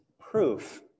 proof